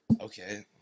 okay